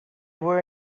were